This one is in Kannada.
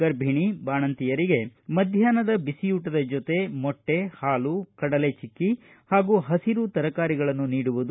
ಗರ್ಭಣಿ ಬಾಣಂತಿಯರಿಗೆ ಮದ್ದಾಹ್ನದ ಬಿಸಿಯೂಟದ ಜೊತೆ ಮೊಟ್ಟೆ ಹಾಲು ಕಡಲೆ ಚಿಕ್ಕಿ ಹಾಗೂ ಹಸಿರು ತರಕಾರಿಗಳನ್ನು ನೀಡುವುದು